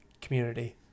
community